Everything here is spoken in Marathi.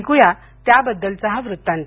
ऐकू या त्याबद्दलचा हा वृत्तांत